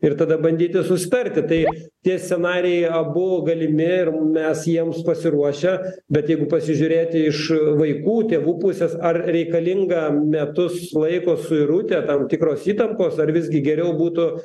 ir tada bandyti susitarti tai tie scenarijai abu galimi ir mes jiems pasiruošę bet jeigu pasižiūrėti iš vaikų tėvų pusės ar reikalinga metus laiko suirutė tam tikros įtampos ar visgi geriau būtų